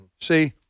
See